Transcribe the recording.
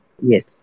Yes